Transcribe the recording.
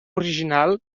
original